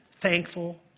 thankful